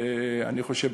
אני חושב,